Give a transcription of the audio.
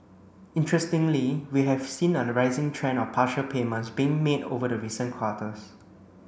interestingly we have seen a rising trend of partial payments being made over the recent quarters